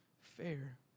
fair